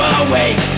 awake